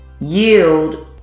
yield